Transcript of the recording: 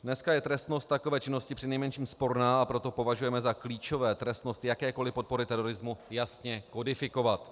Dneska je trestnost takové činnosti přinejmenším sporná, a proto považuji za klíčové trestnost jakékoli podpory terorismu jasně kodifikovat.